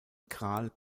gral